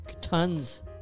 Tons